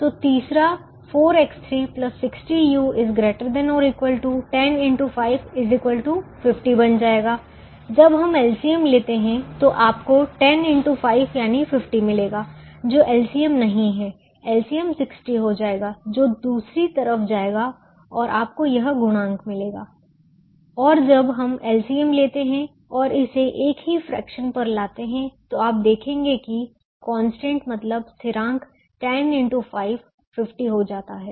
तो तीसरा 4X360u ≥ 10x5 50 बन जाएगा जब हम LCM लेते हैं तो आपको 10x5 यानी 50 मिलेगा जो LCM नहीं हैं LCM 60 हो जाएगा जो दूसरी तरफ जाएगा और आपको वह गुणांक मिलेगा और जब हम LCM लेते हैं और इसे एक ही फ्रेक्शन पर लाते हैं तो आप देखेंगे कि कांस्टेंट मतलब स्थिरांक 10x5 50 हो जाता है